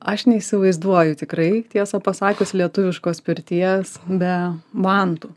aš neįsivaizduoju tikrai tiesą pasakius lietuviškos pirties be vantų